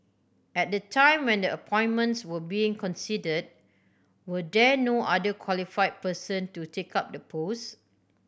at the time when the appointments were being considered were there no other qualified person to take up the puss